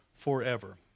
forever